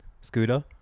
scooter